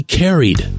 carried